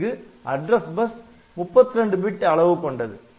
இங்கு address bus ஆனது 32 bit அளவு கொண்டது